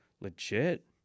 legit